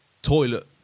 Toilet